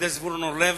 זבולון אורלב,